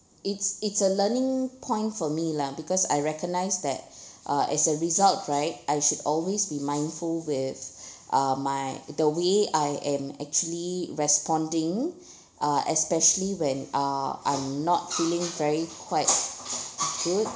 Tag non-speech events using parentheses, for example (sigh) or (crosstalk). it's it's a learning point for me lah because I recognize that (breath) uh as a result right I should always be mindful with (breath) uh my the way I am actually responding (breath) uh especially when uh I'm not feeling very quite good